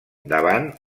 davant